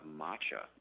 matcha